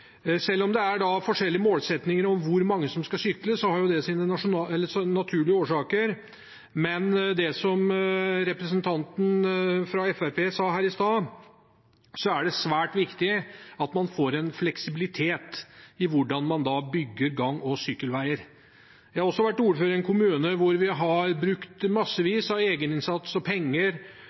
det er forskjellige målsettinger om hvor mange som skal sykle, har jo sine naturlige årsaker. Men som representanten fra Fremskrittspartiet sa her i stad, er det svært viktig at man får en fleksibilitet i hvordan man bygger gang- og sykkelveier. Jeg har vært ordfører i en kommune hvor vi har brukt massevis av egeninnsats, penger og